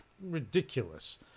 Ridiculous